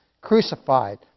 crucified